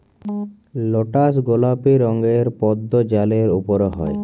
lotus গলাপি রঙের পদ্দ জালের উপরে হ্যয়